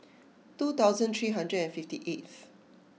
two thousand three hundred and fifty eighth